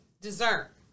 dessert